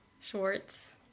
shorts